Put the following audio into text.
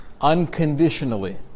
Unconditionally